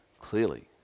clearly